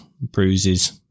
bruises